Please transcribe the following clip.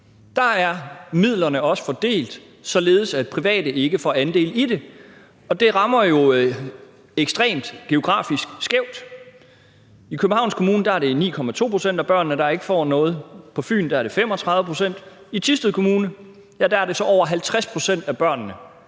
Der er midlerne også fordelt således, at private ikke får andel i dem. Det rammer jo geografisk ekstremt skævt. I Københavns Kommune er det 9,2 pct. af børnene, der ikke får noget, på Fyn er det 35 pct., og i Thisted Kommune er det over 50 pct. af børnene,